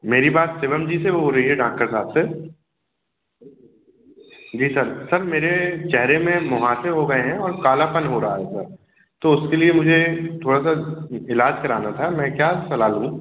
मेरी बात शिवम जी से हो रही है डाक्टर साहब से जी सर सर मेरे चेहरे में मुहासे हो गए हैं और कालापन हो रहा है सर तो उसके लिए मुझे थोडा सा इलाज़ कराना था मैं क्या सलाह लूँ